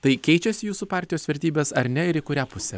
tai keičias jūsų partijos vertybės ar ne ir į kurią pusę